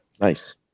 Nice